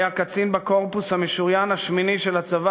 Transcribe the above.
היה קצין בקורפוס המשוריין השמיני של הצבא